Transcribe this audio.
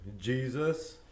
Jesus